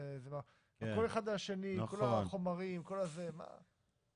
במסגרייה הכל אחד על השני, כל החומרים כל הזה, מה?